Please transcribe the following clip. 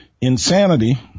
Insanity